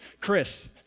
Chris